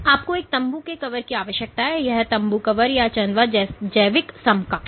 आपको एक तम्बू कवर की आवश्यकता है यह तम्बू कवर या चंदवा जैविक समकक्ष